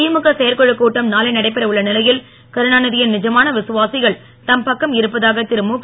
திமுக செயற்குழுக் கட்டம் நாளை நடைபெற உள்ள நிலையில் கருணாநிதியின் நிஜமான விசுவாசிகள் தம் பக்கம் இருப்பதாக இருமுக